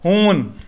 ہوٗن